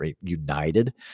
united